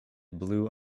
blue